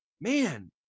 man